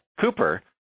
Cooper